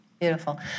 Beautiful